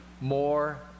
more